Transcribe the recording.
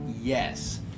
yes